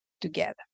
together